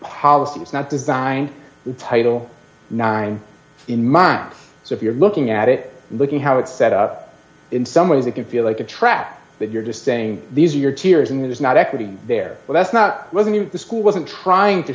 policy it's not designed to title nine in mind so if you're looking at it looking how it's set up in some ways it can feel like a track that you're just saying these are your tears and there's not equity there that's not going to school wasn't trying to